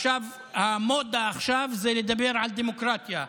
והמודה עכשיו היא לדבר על דמוקרטיה.